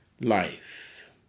life